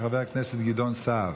של חבר הכנסת גדעון סער.